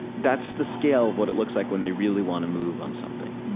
that's the scale of what it looks like when they really want to move on something,